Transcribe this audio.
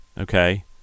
Okay